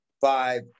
five